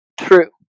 True